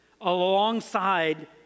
alongside